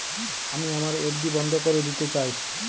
আমি আমার এফ.ডি বন্ধ করে দিতে চাই